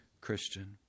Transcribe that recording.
Christian